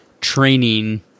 training